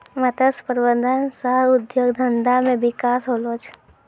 मत्स्य प्रबंधन सह उद्योग धंधा मे बिकास होलो छै